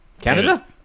Canada